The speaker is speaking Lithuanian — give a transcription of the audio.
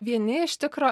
vieni iš tikro